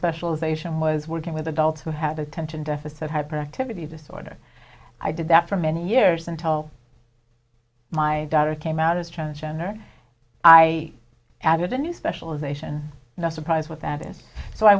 specialisation was working with adults who had attention deficit hyperactivity disorder i did that for many years and tell my daughter came out as transgender i added a new specialization not surprise with that is so i